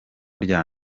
rya